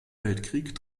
weltkrieg